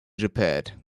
repaired